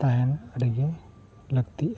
ᱛᱟᱦᱮᱱ ᱟᱹᱰᱤᱜᱮ ᱞᱟᱹᱠᱛᱤᱜᱼᱟ